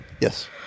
Yes